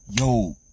Yo